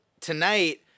tonight